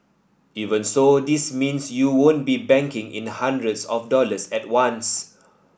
even so this means you won't be banking in hundreds of dollars at once